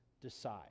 decide